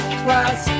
class